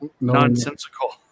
nonsensical